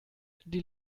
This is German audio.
die